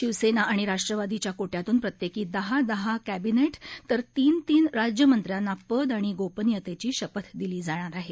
शिवसेना आणि राष्ट्रवादीच्या कोट्यातून प्रत्येकी दहा दहा कॅबिनेट तर तीन तीन राज्यमंत्र्यांना पद आणि गोपनीयतेची शपथ दिली जाणार आहे